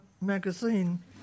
magazine